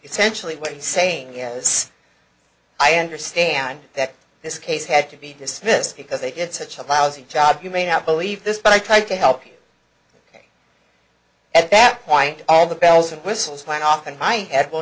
essentially what he's saying is i understand that this case had to be dismissed because they get such a lousy job you may not believe this but i tried to help you at that point all the bells and whistles flying off and my head well